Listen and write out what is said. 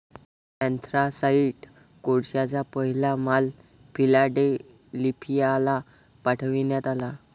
anthracite कोळशाचा पहिला माल फिलाडेल्फियाला पाठविण्यात आला